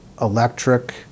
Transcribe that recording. electric